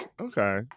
Okay